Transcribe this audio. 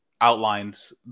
outlines